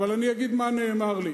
אבל אני אגיד מה נאמר לי.